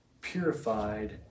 purified